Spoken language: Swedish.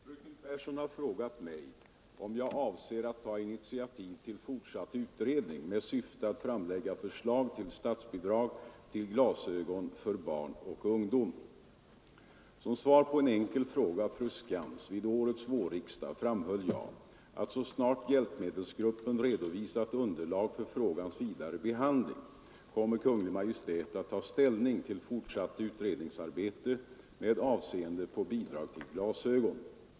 Herr talman! Fröken Pehrsson har frågat mig om jag avser att ta initiativ till fortsatt utredning med syfte att framlägga förslag till statsbidrag till glasögon för barn och ungdom. Som svar på en enkel fråga av fru Skantz vid årets vårriksdag framhöll jag, att så snart hjälpmedelsgruppen redovisat underlag för frågans vidare behandling kommer Kungl. Maj:t att ta ställning till fortsatt utredningsarbete med avseende på bidrag till glasögon.